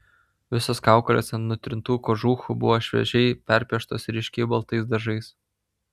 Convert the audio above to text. visos kaukolės ant nutrintų kožuchų buvo šviežiai perpieštos ryškiai baltais dažais